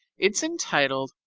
it's entitled,